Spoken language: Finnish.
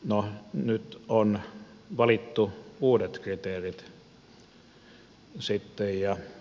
no nyt on valittu uudet kriteerit sitten